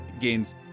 gains